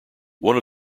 one